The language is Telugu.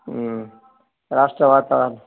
రాష్ట్ర వాతావరణం